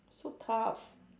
so tough